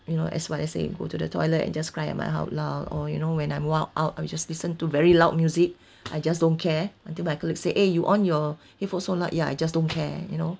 you know as what I say go to the toilet and just crying my heart out or you know when I'm walk out I will just listen to very loud music I just don't care until my colleague say eh you on your headphone so loud ya I just don't care you know